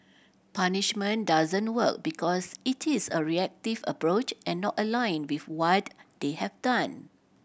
punishment doesn't work because it is a reactive approach and not aligned with what they have done